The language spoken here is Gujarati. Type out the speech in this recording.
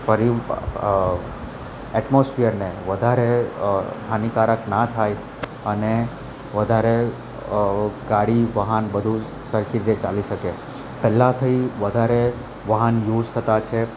પર્યું એટમોસફીયરને વધારે હાનિકારક ના થાય અને વધારે ગાડી વાહન બધું જ સરખી રીતે ચાલી શકે પહેલાંથી વધારે વાહન યુઝ થતા છે